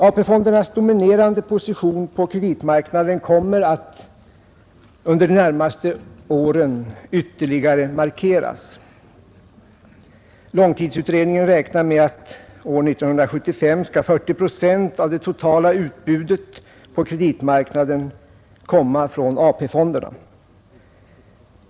AP-fondernas dominerande position på kreditmarknaden kommer under de närmaste åren att markeras ytterligare. Långtidsutredningen räknar med att 40 procent av det totala utbudet på kreditmarknaden år 1975 skall komma från AP-fonderna.